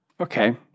Okay